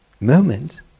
moment